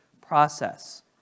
process